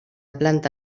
planta